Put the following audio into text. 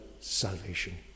salvation